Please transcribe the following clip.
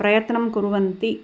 प्रयत्नं कुर्वन्ति